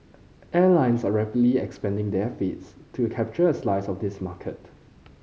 airlines are rapidly expanding their fleets to capture a slice of this market